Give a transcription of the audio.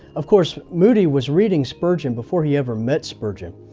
of course moody was reading spurgeon before he ever met spurgeon.